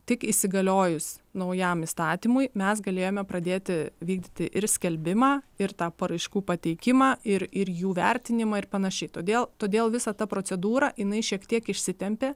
tik įsigaliojus naujam įstatymui mes galėjome pradėti vykdyti ir skelbimą ir tą paraiškų pateikimą ir ir jų vertinimą ir panašiai todėl todėl visa ta procedūra jinai šiek tiek išsitempė